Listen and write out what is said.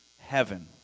heaven